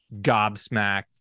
gobsmacked